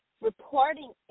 reporting